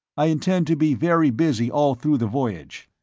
i intend to be very busy all through the voyage.